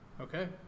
Okay